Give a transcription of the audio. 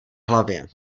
hlavě